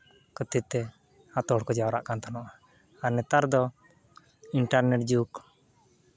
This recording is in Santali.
ᱠᱷᱟᱹᱛᱤᱨ ᱛᱮ ᱟᱛᱩ ᱦᱚᱲ ᱠᱚ ᱡᱟᱣᱨᱟᱜ ᱠᱟᱱ ᱛᱟᱦᱮᱱᱚᱜᱼᱟ ᱟᱨ ᱱᱮᱛᱟᱨ ᱫᱚ ᱤᱱᱴᱟᱨᱱᱮᱴ ᱡᱩᱜᱽ